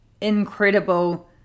incredible